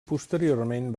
posteriorment